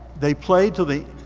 they played till the